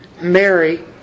Mary